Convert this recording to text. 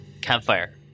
campfire